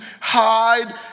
hide